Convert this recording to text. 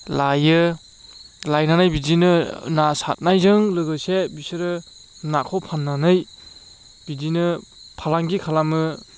लायो लायनानै बिदिनो ना सारनायजों लोगोसे बिसोरो नाखौ फाननानै बिदिनो फालांगि खालामो